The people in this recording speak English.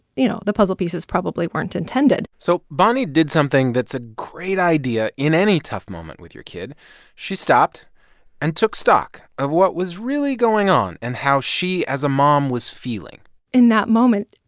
you know, the puzzle pieces probably weren't intended so bonnie did something that's a great idea in any tough moment with your kid she stopped and took stock of what was really going on and how she as a mom was feeling in that moment,